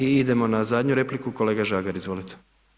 I idemo na zadnju repliku, kolega Žagar izvolite.